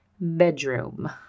bedroom